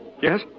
Yes